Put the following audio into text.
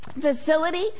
facility